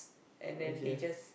and then they just